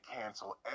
cancel